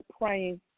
praying